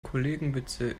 kollegenwitze